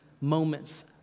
moments